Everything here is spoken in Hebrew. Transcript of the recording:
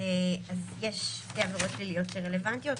אז יש שתי עבריות פליליות רלוונטיות,